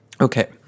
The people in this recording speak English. Okay